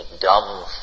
dumb